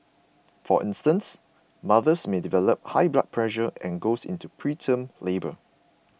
for instance mothers may develop high blood pressure and go into preterm labour